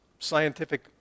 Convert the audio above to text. scientific